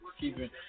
Keeping